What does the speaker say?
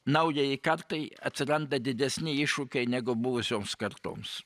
naujajai kartai atsiranda didesni iššūkiai negu buvusioms kartoms